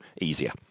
easier